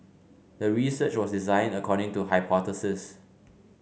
the research was designed according to hypothesis